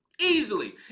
Easily